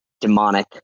demonic